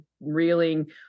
reeling